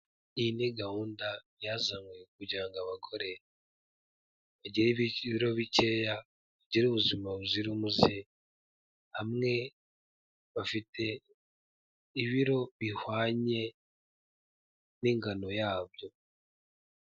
Iyi ni gahunda yazanywe kugira ngo abagore bagire ibiro bikeya bagire ubuzima buzira umuze hamwe bafite ibiro bihwanye n'ingano yabyo.